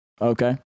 Okay